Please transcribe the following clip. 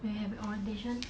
when we have orientation